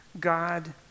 God